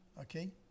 okay